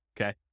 okay